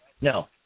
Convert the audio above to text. no